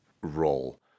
role